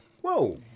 Whoa